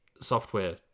software